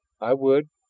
i would.